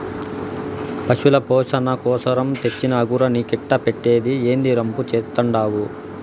పశుల పోసణ కోసరం తెచ్చిన అగరు నీకెట్టా పెట్టేది, ఏందీ రంపు చేత్తండావు